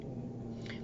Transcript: mm uh